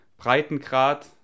Breitengrad